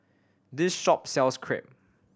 this shop sells Crepe